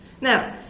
now